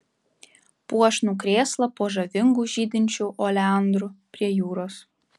puošnų krėslą po žavingu žydinčiu oleandru prie jūros